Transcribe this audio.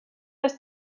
les